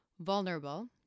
vulnerable